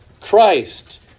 Christ